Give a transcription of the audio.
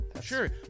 Sure